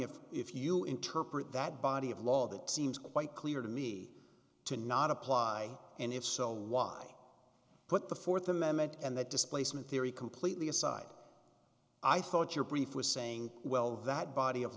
if if you interpret that body of law that seems quite clear to me to not apply and if so why put the fourth amendment and the displacement theory completely aside i thought your brief was saying well that body of